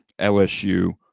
LSU